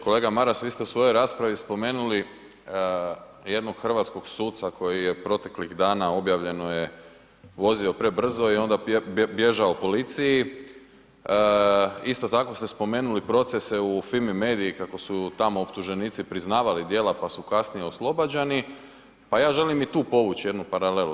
Kolega Maras vi ste u svojoj raspravi spomenuli jednog hrvatskog suca koji je proteklih dana, objavljeno je, vozio prebrzo i onda bježao policiji, isto tako ste spomenuli procese u Fimi media-i kako su tamo optuženici priznavali djela pa su kasnije oslobađani, pa ja želim i tu povući jednu paralelu.